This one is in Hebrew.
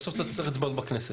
בסוף צריך את האצבעות בכנסת.